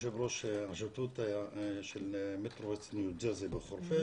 יושב-ראש השותפות של ניו ג'רזי וחורפיש.